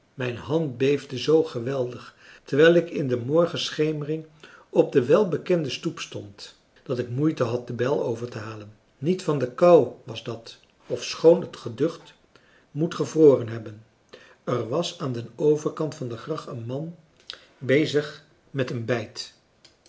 mijn hand beefde zoo geweldig terwijl ik in de morgenschemering op de welbekende stoep stond dat ik moeite had de bel over te halen niet van de kou was dat ofschoon het geducht moet gevroren hebben er was aan den overkant van de gracht een man bezig met françois haverschmidt familie en kennissen een bijt